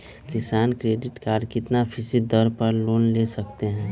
किसान credit card कितना फीसदी दर पर लोन ले सकते हैं?